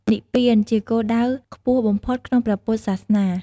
និព្វាន ជាគោលដៅខ្ពស់បំផុតក្នុងព្រះពុទ្ធសាសនា។